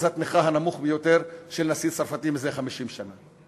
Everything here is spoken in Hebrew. התמיכה הנמוך ביותר בנשיא צרפתי מזה 50 שנה.